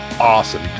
awesome